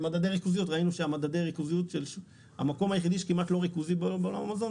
במדדי ריכוזיות ראינו שהמקום היחידי שכמעט לא ריכוזי בעולם המזון